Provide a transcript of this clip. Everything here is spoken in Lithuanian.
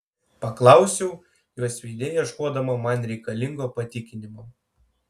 paklausiau jos veide ieškodama man reikalingo patikinimo